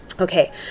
Okay